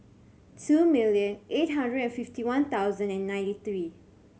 two million eight hundred and fifty one thousand and ninety three